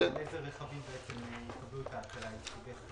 איזה רכבים יקבלו את ההקלה.